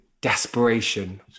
desperation